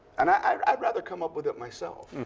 and i'd rather come up with it myself.